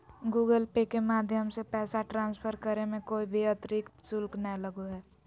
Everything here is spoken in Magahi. गूगल पे के माध्यम से पैसा ट्रांसफर करे मे कोय भी अतरिक्त शुल्क नय लगो हय